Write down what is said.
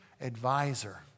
advisor